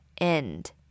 end